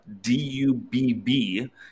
D-U-B-B